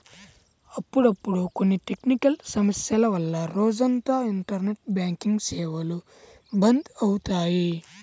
అప్పుడప్పుడు కొన్ని టెక్నికల్ సమస్యల వల్ల రోజంతా ఇంటర్నెట్ బ్యాంకింగ్ సేవలు బంద్ అవుతాయి